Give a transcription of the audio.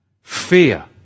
Fear